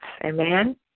amen